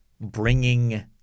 bringing